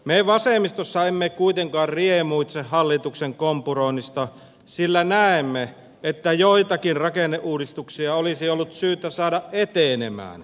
me vasemmistossa emme kuitenkaan riemuitse hallituksen kompuroinnista sillä näemme että joitakin rakenneuudistuksia olisi ollut syytä saada etenemään